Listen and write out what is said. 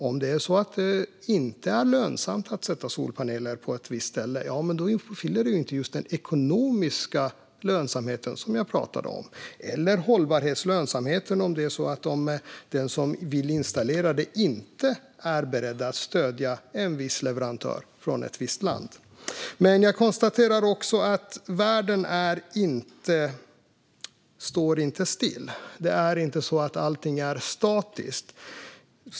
Om det inte är lönsamt att sätta solpaneler på ett visst sätt uppfyller det ju inte den ekonomiska lönsamhet som jag pratade om - eller hållbarhetslönsamheten, om det är så att den som vill installera solpanelerna inte är beredd att stödja en viss leverantör från ett visst land. Jag konstaterar dock att världen inte står still. Det är inte så att allting är statiskt.